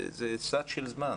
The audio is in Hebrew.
זה סד של זמן.